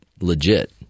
legit